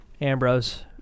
Ambrose